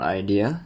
idea